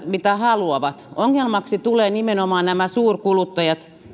mitä haluavat ongelmaksi tulevat nimenomaan nämä suurkuluttajat